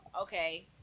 Okay